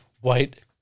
white